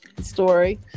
story